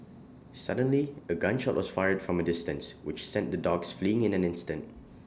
suddenly A gun shot was fired from A distance which sent the dogs fleeing in an instant